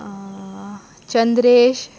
Chandresh